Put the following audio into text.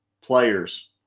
players